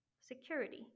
security